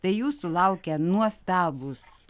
tai jūsų laukia nuostabūs